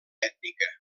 ètnica